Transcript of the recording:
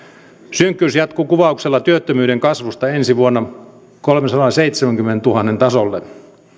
synkkyys jatkuu kuvauksella työttömyyden kasvusta ensi vuonna kolmensadanseitsemänkymmenentuhannen tasolle